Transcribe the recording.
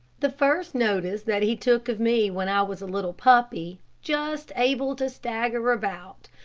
the first notice that he took of me when i was a little puppy, just able to stagger about,